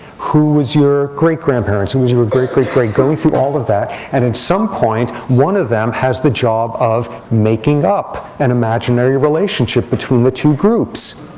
who is your great grandparents? who is your great, great, great, going through all of that. and at some point, one of them has the job of making up an imaginary relationship between the two groups.